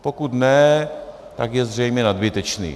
Pokud ne, tak je zřejmě nadbytečný.